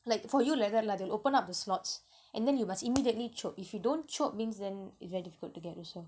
like for you like that they lah they open up the slots and then you must immediately chope if you don't chope means then it very difficult to get the slot